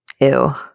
Ew